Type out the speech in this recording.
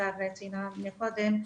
סמדר ציינה קודם.